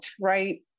right